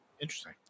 Interesting